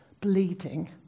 bleeding